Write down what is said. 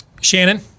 Shannon